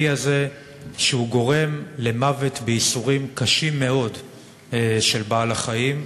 הזה שגורם למוות בייסורים קשים מאוד של בעל-החיים.